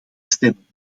stemmen